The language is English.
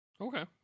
okay